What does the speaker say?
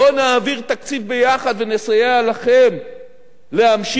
בואו ונעביר תקציב ביחד ונסייע לכם להמשיך